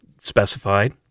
specified